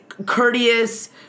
courteous